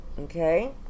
okay